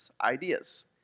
ideas